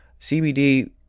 CBD